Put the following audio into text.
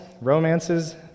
romances